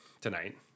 tonight